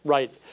Right